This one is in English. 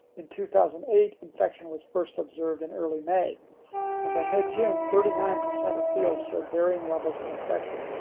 in two thousand and eight infection was first observed in early may and by mid-june thirty nine percent of fields showed varying levels of infection.